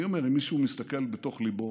אני אומר: אם מישהו מסתכל בתוך ליבו